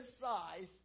size